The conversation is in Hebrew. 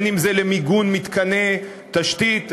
אם למיגון מתקני תשתית,